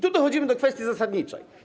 Tu dochodzimy do kwestii zasadniczej.